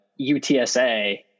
UTSA